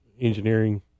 engineering